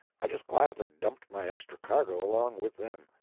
i just quietly dumped my extra cargo along with them.